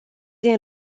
din